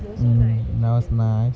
mm that was nice